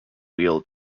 wheel